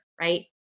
right